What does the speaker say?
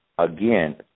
Again